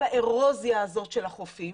כל הארוזיה הזאת של החופים.